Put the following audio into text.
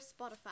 Spotify